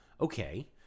Okay